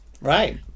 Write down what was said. right